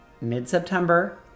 mid-September